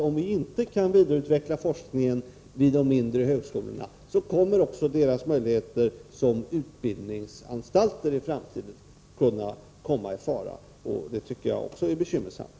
Om vi inte kan vidareutveckla forskningen vid de mindre högskolorna, tror jag att deras möjligheter som utbildningsanstalter i framtiden kommer i fara — det är också bekymmersamt.